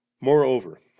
Moreover